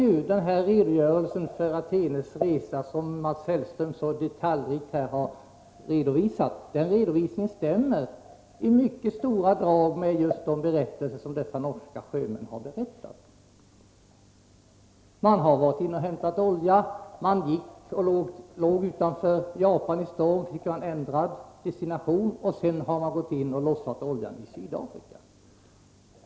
Den detaljrika redogörelse för Athenes resa som Mats Hellström här har lämnat är riktig så till vida som den i mycket stora drag överensstämmer med de norska sjömännens berättelser. Man har varit inne och hämtat olja. Man låg utanför Japan i storm, fick ändrad destination och gick sedan in och lossade oljan i Sydafrika.